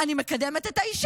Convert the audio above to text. אני מקדמת את האישה.